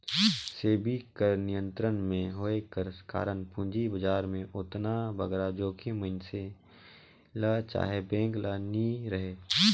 सेबी कर नियंत्रन में होए कर कारन पूंजी बजार में ओतना बगरा जोखिम मइनसे ल चहे बेंक ल नी रहें